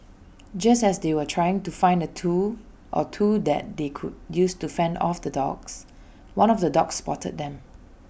just as they were trying to find A tool or two that they could use to fend off the dogs one of the dogs spotted them